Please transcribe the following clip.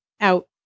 out